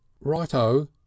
Right-o